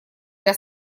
для